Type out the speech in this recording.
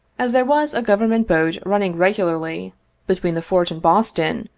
as there was a government boat running regularly between the fort and boston,